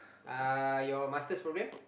uh your Master's program